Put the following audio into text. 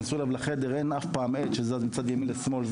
אם תיכנסו אליו לחדר אז תראו שאין אף פעם מצב שעט שזז מצד ימין לשמאל.